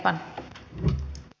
arvoisa puhemies